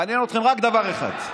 מעניין אתכם רק דבר אחד: